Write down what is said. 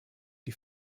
die